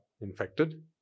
infected